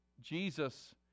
Jesus